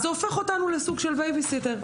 אז זה הופך אותנו לסוג של בייבי סיטר.